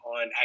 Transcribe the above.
on